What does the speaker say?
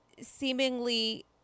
seemingly